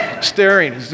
staring